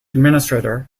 administrator